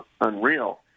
unreal